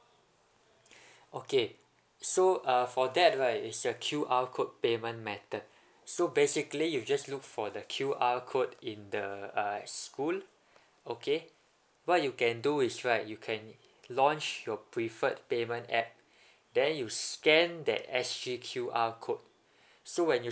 okay so uh for that right is a Q_R code payment method so basically you just look for the Q_R code in the uh school okay what you can do is right you can launch your preferred payment app then you scan that S_G_Q_R code so when you